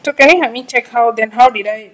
so can you help me check how then how did I